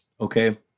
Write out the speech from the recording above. okay